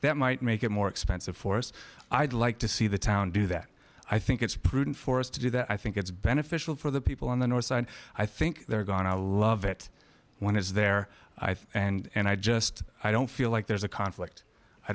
that might make it more expensive for us i'd like to see the town do that i think it's prudent for us to do that i think it's beneficial for the people on the north side i think they're going to love it when is there i think and i just i don't feel like there's a conflict i